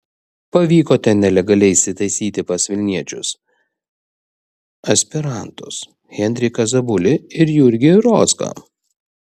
pavyko ten nelegaliai įsitaisyti pas vilniečius aspirantus henriką zabulį ir jurgį rozgą